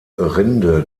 rinde